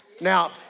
Now